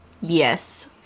yes